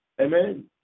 amen